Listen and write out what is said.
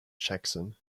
jackson